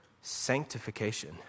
sanctification